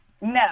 No